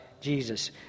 Jesus